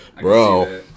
Bro